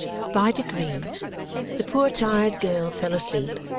by degrees the poor tired girl fell asleep,